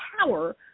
power